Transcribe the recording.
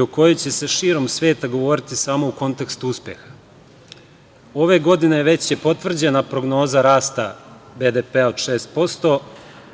o u kojoj će se širom sveta govoriti samo u kontekstu uspeha. Ove godine je već potvrđena prognoza rasta BDP od 6%,